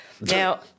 Now